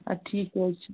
اَدٕ ٹھیٖک حظ چھِ